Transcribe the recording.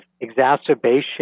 exacerbation